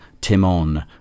Timon